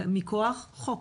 זה מכוח חוק